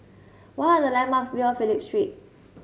what are the landmarks near Phillip Street